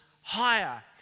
higher